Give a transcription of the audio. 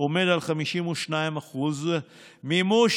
עומד על 52% מימוש.